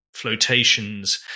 flotations